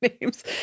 names